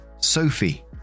Sophie